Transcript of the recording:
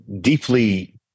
deeply